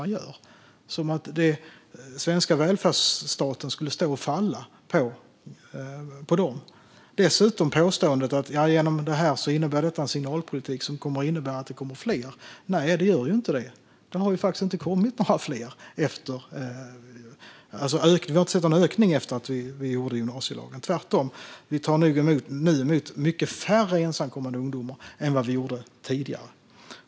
Det är som att den svenska välfärdsstaten skulle stå och falla med dem. Dessutom görs påståendet att detta är en signalpolitik som kommer att innebära att det kommer fler. Nej, det gör inte det. Det har inte kommit några fler. Vi har inte sett någon ökning sedan vi införde gymnasielagen. Tvärtom tar vi nu emot mycket färre ensamkommande ungdomar än vad vi gjorde tidigare.